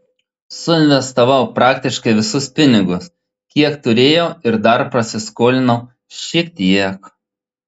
suinvestavau praktiškai visus pinigus kiek turėjau ir dar prasiskolinau šiek tiek